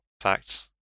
facts